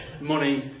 money